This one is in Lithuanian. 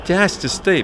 tęstis taip